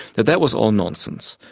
that that was all nonsense.